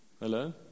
Hello